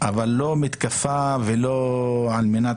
אבל לא מתקפה ולא על מנת